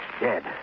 dead